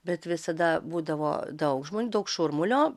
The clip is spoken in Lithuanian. bet visada būdavo daug žmonių daug šurmulio